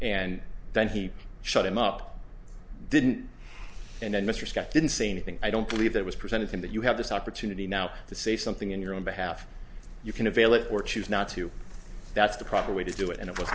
and then he shut him up didn't and then mr scott didn't see anything i don't believe that was presented to him but you have this opportunity now to say something in your own behalf you can avail it or choose not to that's the proper way to do it and it was